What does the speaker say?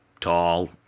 Tall